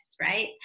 right